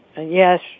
Yes